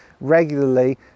regularly